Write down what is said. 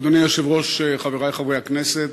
אדוני היושב-ראש, חברי חברי הכנסת,